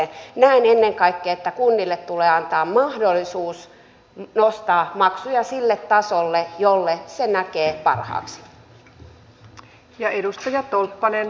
näen ennen kaikkea että kunnille tulee antaa mahdollisuus nostaa maksuja sille tasolle jonka näkevät parhaaksi